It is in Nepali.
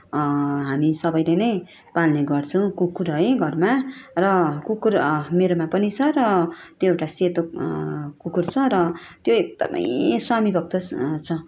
हामी सबैले नै पाल्ने गर्छौँ कुकुर है घरमा र कुकुर मेरोमा पनि छ र त्यो एउटा सेतो कुकुर छ र त्यो एकदमै स्वामी भक्त छ